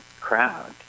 crowd